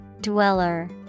Dweller